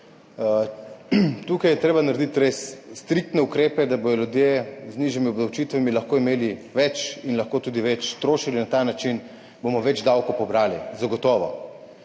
Tukaj je treba narediti res striktne ukrepe, da bodo ljudje z nižjimi obdavčitvami lahko imeli več in lahko tudi več trošili, na ta način bomo več davkov pobrali, zagotovo. Če